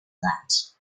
that